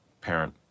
parent